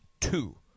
Two